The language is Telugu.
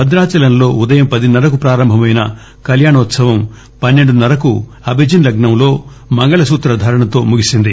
భద్రాచలంలో ఉదయం పదిన్న రకు ప్రారంభమైన కళ్యాణోత్సవం పస్పెండున్న రకు అభిజిన్ లగ్పంలో మంగళసూత్ర ధారణతో ముగిసింది